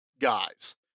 guys